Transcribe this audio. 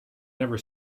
never